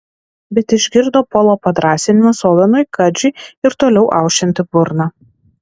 bet išgirdo polo padrąsinimus ovenui kadžiui ir toliau aušinti burną